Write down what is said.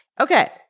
Okay